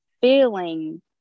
feeling